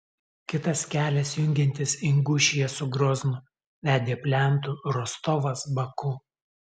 kitas kelias jungiantis ingušiją su groznu vedė plentu rostovas baku